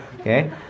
okay